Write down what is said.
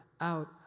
out